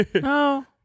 No